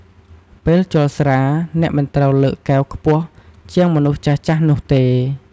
ពេលជល់ស្រា អ្នកមិនត្រូវលើកកែវខ្ពស់ជាងមនុស្សចាស់ៗនោះទេ។